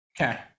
Okay